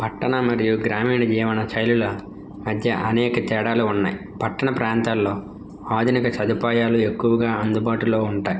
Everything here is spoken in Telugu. పట్టణ మరియు గ్రామీణ జీవన శైలుల మధ్య అనేక తేడాలు ఉన్నాయి పట్టణ ప్రాంతాల్లో ఆధునిక సదుపాయాలు ఎక్కువగా అందుబాటులో ఉంటాయ్